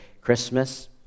Christmas